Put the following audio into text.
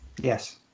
yes